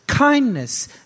Kindness